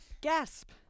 Gasp